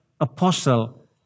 apostle